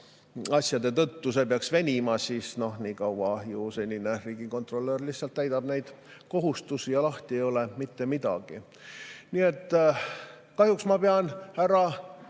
asjade tõttu see peaks venima, siis nii kaua senine riigikontrolör lihtsalt täidab neid kohustusi ja lahti ei ole mitte midagi. Nii et kahjuks ma pean, härra